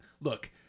Look